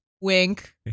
Wink